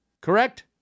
Correct